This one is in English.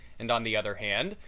and on the other hand,